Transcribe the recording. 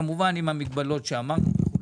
כמובן עם המגבלות שאמרתם וכו'?